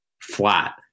flat